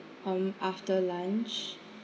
um after lunch